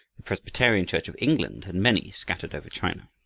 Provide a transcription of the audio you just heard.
the presbyterian church of england had many scattered over china.